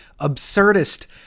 absurdist